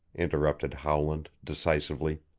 interrupted howland decisively.